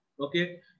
Okay